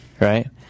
Right